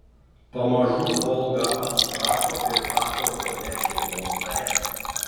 pamažu olga apsiprato ir tapo kone šeimos nare